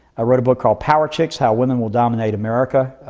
i wrote a book called power chicks how women will dominate america.